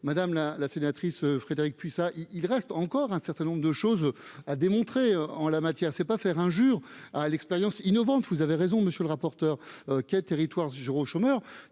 madame la sénatrice Frédérique Puissat il reste encore un certain nombre de choses à démontrer en la matière, ce n'est pas faire injure à l'expérience innovante, vous avez raison, monsieur le rapporteur, quel territoire ce jour